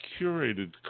curated